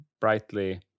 brightly